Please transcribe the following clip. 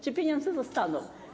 Czy pieniądze zostaną?